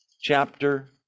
chapter